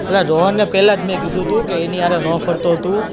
અલ્યા રોહનને પહેલાં જ મેં કીધું તું કે એની હારે ના ફરતો તું